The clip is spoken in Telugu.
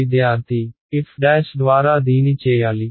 f' ద్వారా దీని చేయాలి